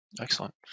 Excellent